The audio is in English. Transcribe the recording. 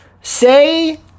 Say